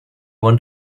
want